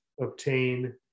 obtain